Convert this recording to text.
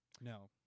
No